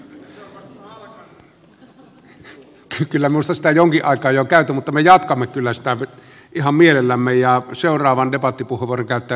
kyllä minusta sitä jonkin aikaa jo on käyty mutta me jatkamme kyllä sitä ihan mielellämme ja seuraavan debattipuheenvuoron käyttää edustaja lindtman